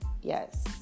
Yes